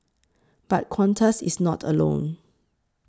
but Qantas is not alone